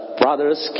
brothers